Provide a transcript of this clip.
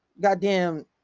Goddamn